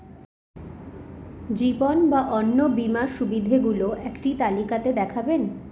জীবন বা অন্ন বীমার সুবিধে গুলো একটি তালিকা তে দেখাবেন?